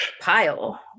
pile